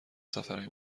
سفرهای